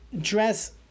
dress